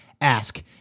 ask